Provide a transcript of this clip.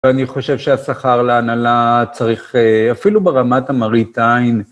ואני חושב שהשכר להנהלה צריך, אפילו ברמת המראית עין...